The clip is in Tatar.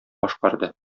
башкарды